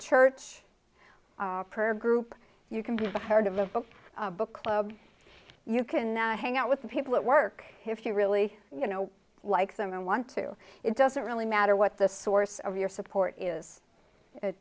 church per group you can be heard of a book club you can hang out with the people at work if you really you know like them and want to it doesn't really matter what the source of your support is it